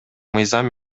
мыйзам